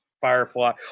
firefly